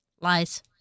Lies